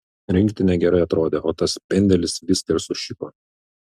rinktinė gerai atrodė o tas pendelis viską ir sušiko